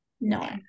no